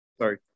Sorry